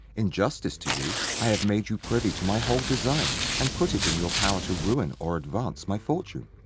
in justice to you, i have made you privy to my whole design, and put it in your power to ruin or advance my fortune.